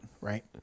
Right